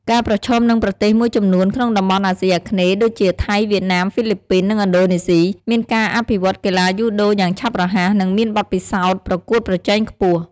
កាប្រឈមនឹងប្រទេសមួយចំនួនក្នុងតំបន់អាស៊ីអាគ្នេយ៍ដូចជា ថៃ វៀតណាម ហ្វីលីពីន និងឥណ្ឌូនេស៊ី មានការអភិវឌ្ឍន៍កីឡាយូដូយ៉ាងឆាប់រហ័ស និងមានបទពិសោធន៍ប្រកួតប្រជែងខ្ពស់ ។